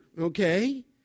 Okay